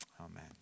Amen